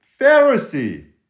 Pharisee